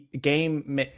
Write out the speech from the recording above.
game